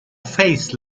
face